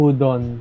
Udon